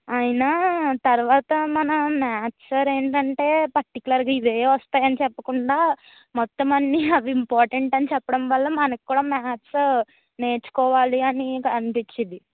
అయినా తర్వాత మన మాథ్స్ సర్ ఏంటంటే పర్టికులర్గా ఇవే వస్తాయని చెప్పకుండా మొత్తం అన్ని అవి ఇంపార్టెంట్ అని చెప్పడం వల్ల మనకి కూడా మాథ్స్ నేర్చుకోవాలి అని అనిపించింది